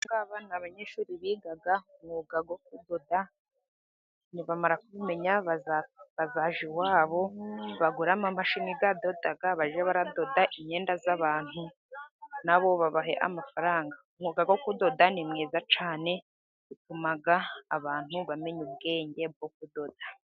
Aba ngaha ni abanyeshuri biga umwuga wo kudoda. Nibamara kubimenya bazajya iwabo bagure amamashini adoda bajye baradoda imyenda y'abantu, na bo babahe amafaranga. Umwuga wo kudoda ni mwiza cyane, utuma abantu bamenya ubwenge bwo kudoda.